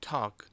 Talk